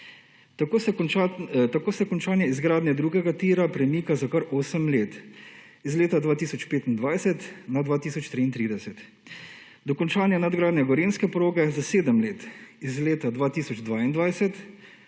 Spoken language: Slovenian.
Tako se končanje izgradnje drugega tira premika za kar 8 let. Iz leta 2025 na 2033. Dokončanje nadgradnje gorenjske proge za 7 let, iz leta 2022